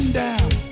down